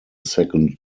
second